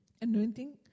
Anointing